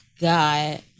God